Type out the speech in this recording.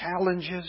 challenges